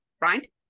right